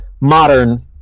modern